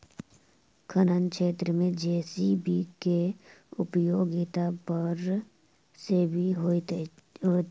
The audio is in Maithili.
खनन क्षेत्र मे जे.सी.बी के उपयोगिता बड़ बेसी होइत छै